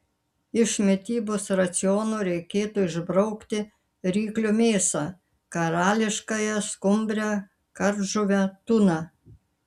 iš mitybos raciono reikėtų išbraukti ryklio mėsą karališkąją skumbrę kardžuvę tuną